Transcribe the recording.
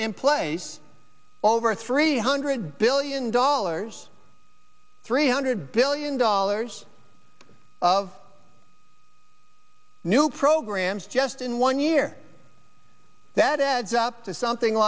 in place over three hundred billion dollars three hundred billion dollars of new programs just in one year that adds up to something